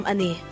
Ani